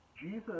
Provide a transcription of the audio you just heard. Jesus